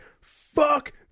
fuck